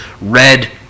red